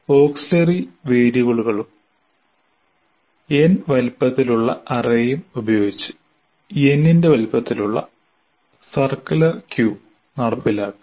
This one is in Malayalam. • ഓക്സിലിയറി വേരിയബിളുകളും n വലിപ്പത്തിലുള്ള അറേയും ഉപയോഗിച്ച് n ന്റെ വലിപ്പത്തിലുള്ള സർക്കുലർ ക്യൂ നടപ്പിലാക്കുക